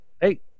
hey